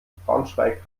braunschweig